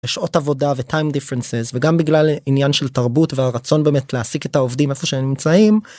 שעות עבודה ו time differences וגם בגלל עניין של תרבות והרצון באמת להעסיק את העובדים איפה שהם נמצאים.